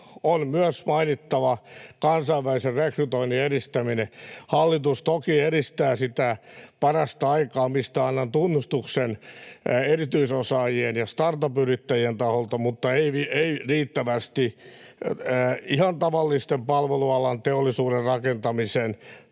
On myös mainittava kansainvälisen rekrytoinnin edistäminen. Hallitus toki edistää sitä parasta aikaa, mistä annan tunnustuksen erityisosaajien ja startup-yrittäjien taholta, mutta ei riittävästi ihan tavallisen palvelualan, teollisuuden, rakentamisen